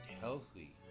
healthy